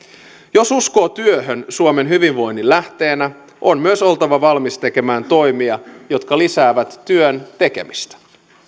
jos uskoo työhön suomen hyvinvoinnin lähteenä on myös oltava valmis tekemään toimia jotka lisäävät työn tekemistä